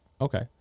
Okay